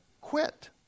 quit